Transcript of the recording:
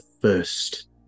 first